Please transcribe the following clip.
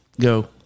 Go